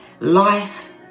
Life